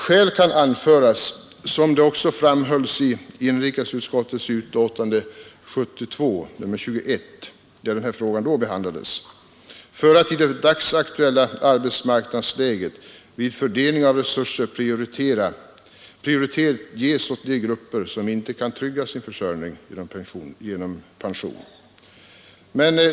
Skäl kan anföras — som det också framhölls i inrikesutskottets betänkande nr 21 år 1972, där frågan då behandlades — för att i det dagsaktuella arbetsmarknadsläget vid fördelning av resurser prioritet ges åt de grupper som inte kan trygga sin försörjning genom pension.